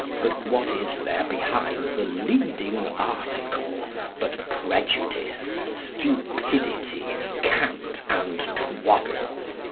but what is there behind the leading-article but prejudice, stupidity, cant, and twaddle?